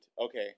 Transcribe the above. Okay